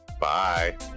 bye